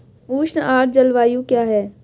उष्ण आर्द्र जलवायु क्या है?